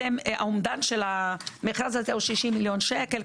האומדן של המכרז הזה הוא 60 מיליון שקל.